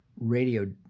radio